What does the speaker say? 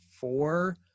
four